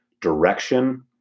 direction